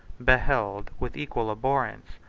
beheld, with equal abhorrence,